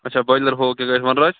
اچھا بُویلَر ہوٚ تہِ یَتھ وَنراج